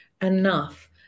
enough